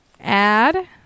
Add